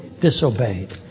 disobeyed